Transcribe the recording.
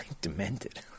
demented